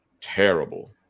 terrible